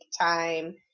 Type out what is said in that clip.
time